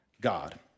God